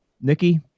nikki